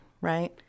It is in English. right